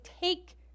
take